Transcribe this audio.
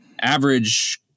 average